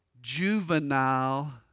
juvenile